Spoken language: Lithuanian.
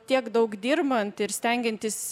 tiek daug dirbant ir stengiantis